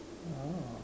ah